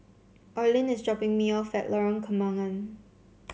Orlin is dropping me off at Lorong Kembangan